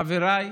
חבריי,